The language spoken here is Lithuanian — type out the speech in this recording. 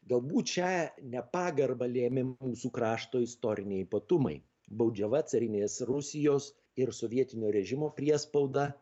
galbūt šią nepagarbą lėmė mūsų krašto istoriniai ypatumai baudžiava carinės rusijos ir sovietinio režimo priespauda